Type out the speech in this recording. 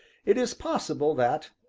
it is possible that,